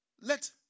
let